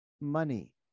money